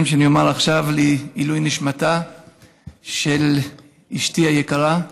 שאני אומר עכשיו לעילוי נשמתה של אשתי היקרה,